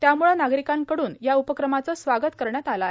त्याम्ळं नागरिकांकडून या उपक्रमाचं स्वागत करण्यात आलं आहे